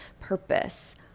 purpose